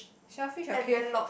shellfish or cave